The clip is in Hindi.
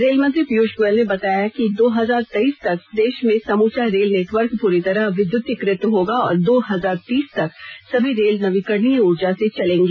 रेलमंत्री पीयूष गोयल ने बताया है कि दो हजार तेईस तक देश में समूचा रेल नैटवर्क पूरी तरह विद्युतिकृत होगा और दो हजार तीस तक सभी रेल नवीकरणीय ऊर्जा से चलेंगी